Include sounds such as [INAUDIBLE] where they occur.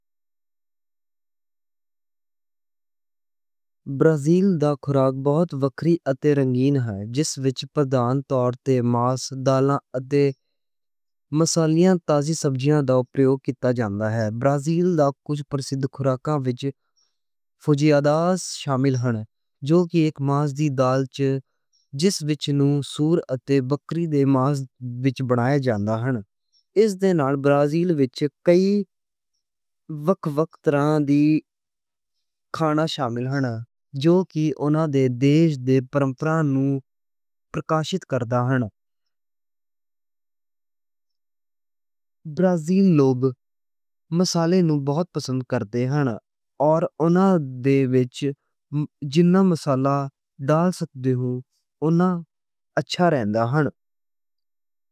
برازیلی دا خوراک بہت وکھرا تے رنگین ہے۔ جس وِچ پردھان طور تے ماس، دالاں تے مصالحیاں تے سبزیاں دا اوپیوگ ہوندا ہے۔ برازیل دا کُجھ پرسدھ خوراکاں وِچ [HESITATION] فیژوادا شامل ہن۔ جو کہ اک ماس دی ڈِش ہے جس وِچ سور تے بکری دے ماس نال بنائیا جاندا ہے۔ اس دے نال برازیل وِچ کئی وکھ وکھ طرح دے [HESITATION] کھانے شامل ہن۔ جو کہ اونہاں دے دیش دی پرمپرہ نوں پرکاشت کردے ہن۔ [HESITATION] برازیل لوک مصالحے نوں بہت پسند کردے ہن۔ تے اونہاں دے وِچ جِنّے مصالحے پا سکدے ہن اونّا اچھا رہندا ہن۔